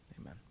amen